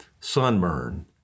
sunburn